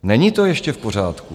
Není to ještě v pořádku.